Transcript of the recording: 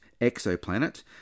exoplanet